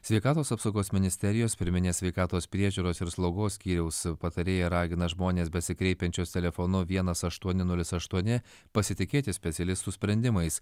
sveikatos apsaugos ministerijos pirminės sveikatos priežiūros ir slaugos skyriaus patarėja ragina žmones besikreipiančius telefonu vienas aštuoni nulis aštuoni pasitikėti specialistų sprendimais